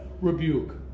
rebuke